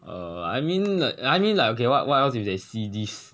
err I mean I mean like okay what what else if they see these